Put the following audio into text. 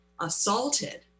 assaulted